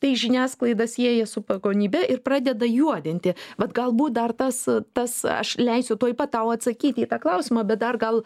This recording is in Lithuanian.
tai žiniasklaida sieja su pagonybe ir pradeda juodinti vat galbūt dar tas tas aš leisiu tuoj pat tau atsakyti į tą klausimą bet dar gal